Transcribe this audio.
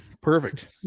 perfect